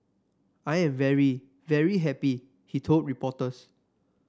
I'm very very happy he told reporters